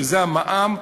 שזה המע"מ,